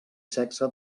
sexe